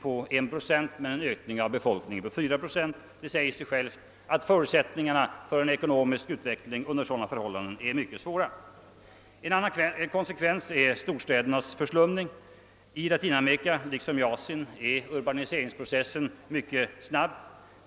på 1 procent medan befolkningsökningen uppgick till 4 procent. Det säger sig självt att förutsättningarna för en ekonomisk utveckling är mycket svåra under sådana förhållanden. En annan konsekvens är storstädernas förslumning. I Latinamerika liksom 1 Asien är urbaniseringsprocessen mycket snabb.